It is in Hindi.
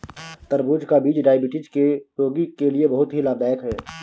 तरबूज का बीज डायबिटीज के रोगी के लिए बहुत ही लाभदायक है